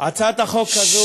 הצעת החוק התקבלה